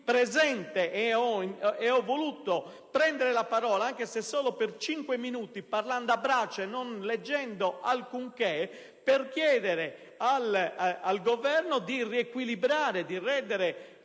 presente - ed ho voluto prendere la parola - anche se solo per cinque minuti, parlando a braccio e non leggendo alcunché, per chiedere al Governo di riequilibrare e di rendere